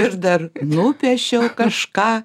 ir dar nupiešiau kažką